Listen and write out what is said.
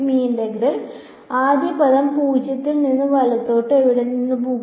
ഈ ഇന്റഗ്രൽ ആദ്യ പദം 0 ൽ നിന്ന് വലത്തോട്ട് എവിടെ നിന്ന് പോകും